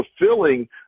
fulfilling